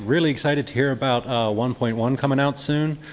really excited to hear about one point one coming out soon.